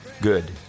good